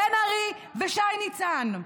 בן ארי ושי ניצן.